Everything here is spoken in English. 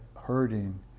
hurting